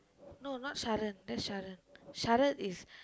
no not Sharan that's Sharan Sharath is